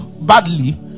badly